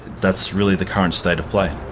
that's really the current state of play.